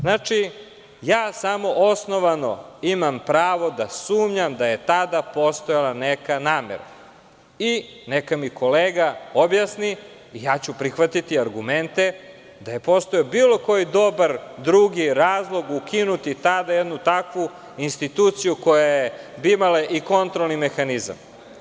Znači, ja samo osnovano imam pravo da sumnjam da je tada postojala neka namera i neka mi kolega objasni, ja ću prihvatiti argumente da je postojao bilo koji dobar drugi razlog ukinuti tada jednu takvu instituciju koja je imala i kontrolni mehanizam.